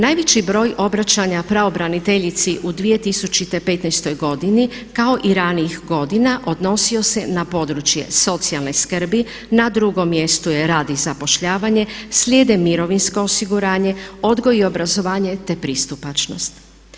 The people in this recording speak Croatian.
Najveći broj obraćanja pravobraniteljici u 2015. godini kao i ranijih godina odnosio se na područje socijalne skrbi, na drugom mjestu je rad i zapošljavanje, slijede mirovinsko osiguranje, odgoj i obrazovanje te pristupačnost.